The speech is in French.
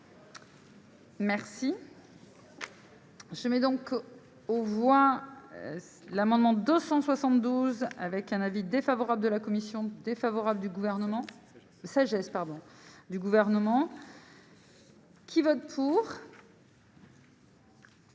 Merci, je mets donc on voit cet amendement 1876 avec un avis défavorable de la commission très favorable du gouvernement qui vote pour.